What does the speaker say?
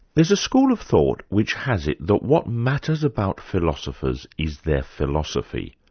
there's a school of thought which has it that what matters about philosophers is their philosophy.